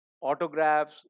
autographs